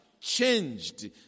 changed